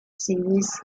series